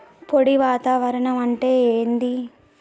పొడి వాతావరణం అంటే ఏంది?